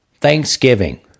Thanksgiving